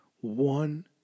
one